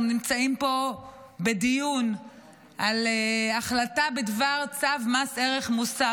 אנחנו נמצאים פה בדיון על החלטה בדבר צו מס ערך מוסף.